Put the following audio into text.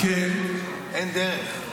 אין דרך.